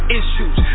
issues